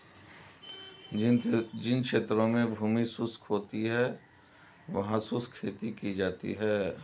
जिन क्षेत्रों में भूमि शुष्क होती है वहां शुष्क खेती की जाती है